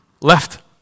left